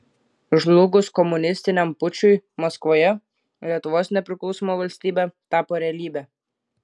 žlugus komunistiniam pučui maskvoje lietuvos nepriklausoma valstybė tapo realybe